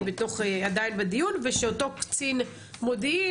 עדיין בדיון ושאותו קצין מודיעין,